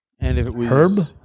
Herb